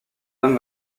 homme